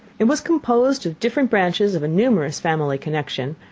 it was composed of different branches of a numerous family connection,